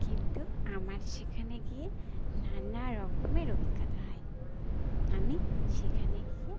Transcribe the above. কিন্তু আমার সেখানে গিয়ে নানা রকমের অভিজ্ঞতা হয় আমি সেখানে গিয়ে